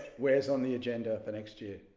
where's on the agenda for next year?